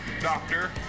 doctor